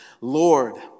Lord